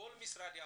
שכל משרדי הממשלה,